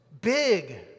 big